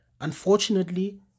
Unfortunately